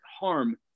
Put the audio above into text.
harm